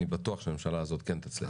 אני בטוח שהממשלה הזו כן תצליח.